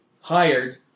hired